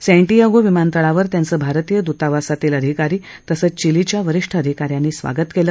Santiago विमानतळावर त्यांचं भारतीय दूतावासातील अधिकारी तसंच चिलीच्या वरीष्ठ अधिका यांनी स्वागत केलं